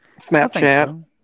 Snapchat